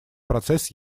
процесс